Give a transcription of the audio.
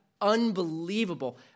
unbelievable